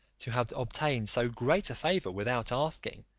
to have obtained so great a favour without asking,